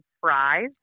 fries